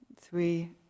three